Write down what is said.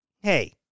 Hey